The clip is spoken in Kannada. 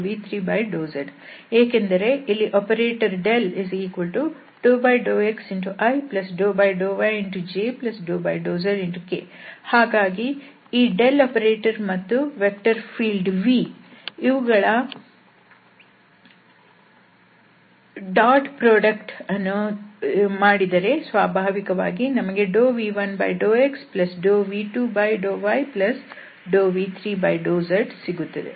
ಯಾಕೆಂದರೆ ಇಲ್ಲಿ ಆಪರೇಟರ್ ∂xi∂yj∂zk ಹಾಗಾಗಿ ಈ ಆಪರೇಟರ್ ಮತ್ತು ವೆಕ್ಟರ್ ಫೀಲ್ಡ್ vಯ ಡಾಟ್ ಉತ್ಪನ್ನವನ್ನು ಮಾಡಿದರೆ ಸ್ವಾಭಾವಿಕವಾಗಿ v1∂xv2∂yv3∂z ಸಿಗುತ್ತದೆ